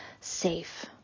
safe